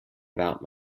about